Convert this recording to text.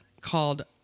called